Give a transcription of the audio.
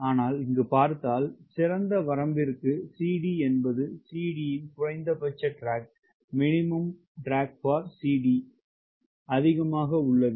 ஆனால் இங்கு பார்த்தால் சிறந்த வரம்பிற்கு CD என்பது CD குறைந்தபட்ச டிராக் அதிகமாக உள்ளது